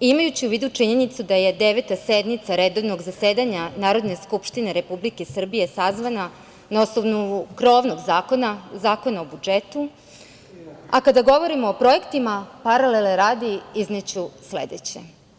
imajući u vidu činjenicu da je Deveta sednica redovnog zasedanja Narodne Skupštine Republike Srbije sazvana na osnovu krovnog zakona, Zakona o budžetu, a kada govorimo o projektima, paralele radi, izneću sledeće.